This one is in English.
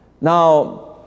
Now